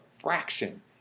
fraction